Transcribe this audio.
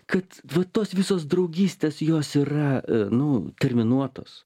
kad vat tos visos draugystės jos yra nu terminuotos